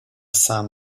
sun